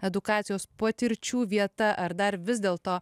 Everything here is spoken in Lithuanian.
edukacijos patirčių vieta ar dar vis dėlto